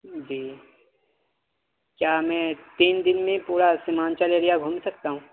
جی کیا میں تین دن میں پورا سیمانچل ایریا گھوم سکتا ہوں